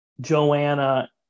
Joanna